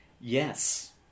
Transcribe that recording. Yes